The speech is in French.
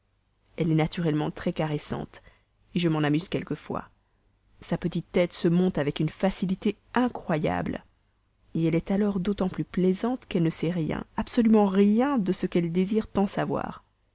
elle est naturellement très caressante je m'en amuse quelquefois sa petite tête se monte avec une facilité incroyable elle est alors d'autant plus plaisante qu'elle ne sait rien absolument rien de ce qu'elle désire tant de savoir